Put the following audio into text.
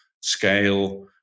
scale